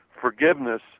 Forgiveness